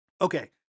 Okay